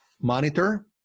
monitor